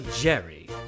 Jerry